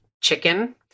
chicken